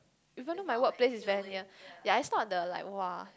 even though my work place is very near ya it's not like the like !wah!